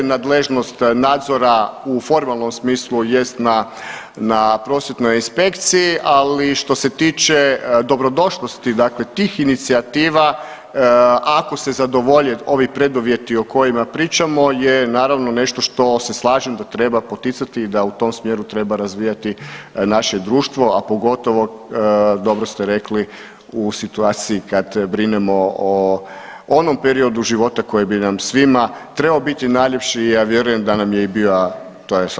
Nadležnost nadzora u formalnom smislu jest na, na prosvjetnoj inspekciji, ali što se tiče dobrodošlosti dakle tih inicijativa, a ako se zadovolje ovi preduvjeti o kojima pričamo je naravno nešto što se slažem da treba poticati i da u tom smjeru treba razvijati naše društvo, a pogotovo dobro ste rekli u situaciji kad brinemo o onom periodu života koje bi nam svima trebao biti najljepši, a ja vjerujem da nam je i bio, to je svakako djetinjstvo.